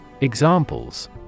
Examples